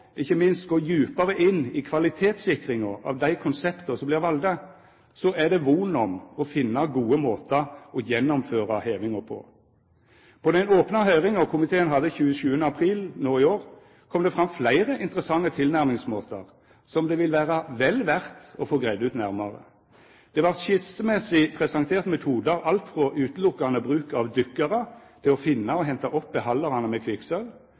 ikkje minst – gå djupare inn i kvalitetssikringa av dei konsepta som vert valde, er det von om å finna gode måtar å gjennomføra hevinga på. På den opne høyringa komiteen hadde 27. april no i år, kom det fram fleire interessante tilnærmingsmåtar som det vil vera vel verdt å få greidd ut nærare. Det vart skissemessig presentert metodar, alt frå utelukkande bruk av dykkarar til å finna og henta opp behaldarane med kvikksølv